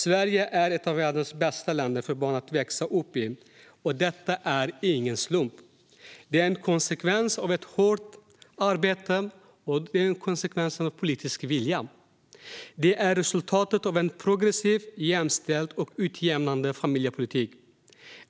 Sverige är ett av världens bästa länder för barn att växa upp i. Detta är ingen slump. Det är en konsekvens av ett hårt arbete och politisk vilja. Det är resultatet av en progressiv, jämställd och utjämnande familjepolitik.